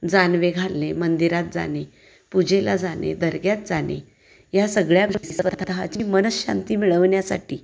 जानवे घालणे मंदिरात जाणे पूजेला जाणे दर्ग्यात जाणे या सगळ्या गोष्टी स्वत ची मनशांती मिळवण्यासाठी